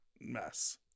mess